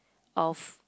of